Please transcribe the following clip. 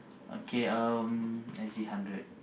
okay um S_G hundred